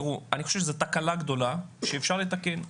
לדעתי זו תקלה גדולה שאפשר לתקן.